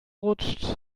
rutscht